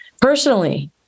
personally